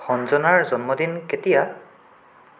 সঞ্জনাৰ জন্মদিন কেতিয়া